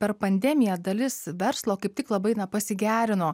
per pandemiją dalis verslo kaip tik labai na pasigerino